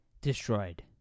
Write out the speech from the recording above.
destroyed